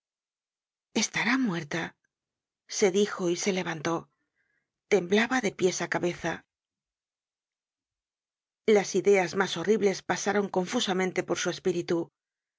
estará muerta se dijo y se levantó temblaba de pies á cabeza las ideas mas horribles pasaron confusamente por su espíritu hay